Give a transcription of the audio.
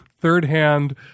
third-hand